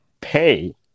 pay